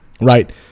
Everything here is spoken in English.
right